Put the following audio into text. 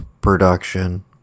production